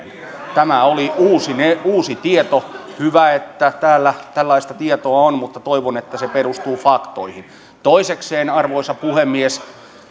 tämä oli uusi tieto hyvä että täällä tällaista tietoa on mutta toivon että se perustuu faktoihin toisekseen arvoisa puhemies